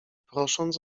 prosząc